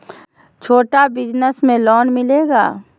छोटा बिजनस में लोन मिलेगा?